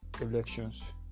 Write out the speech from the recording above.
elections